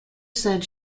said